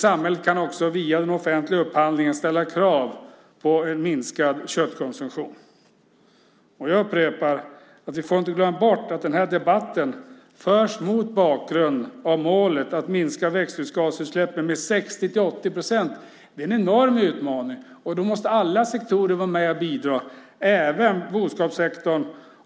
Samhället kan också via den offentliga upphandlingen ställa krav på en minskad köttkonsumtion. Jag upprepar: Vi får inte glömma bort att debatten förs mot bakgrund av målet att minska växthusgasutsläppen med 60-80 procent. Det är en enorm utmaning. Alla sektorer måste vara med och bidra, även boskapssektorn.